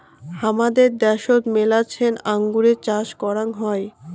হামাদের দ্যাশোত মেলাছেন আঙুরের চাষ করাং হই